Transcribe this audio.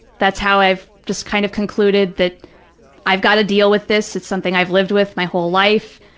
that's how i've just kind of concluded that i've got to deal with this. it's something i've lived with my whole life,